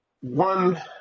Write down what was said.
One